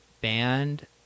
band